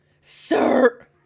sir